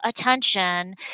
attention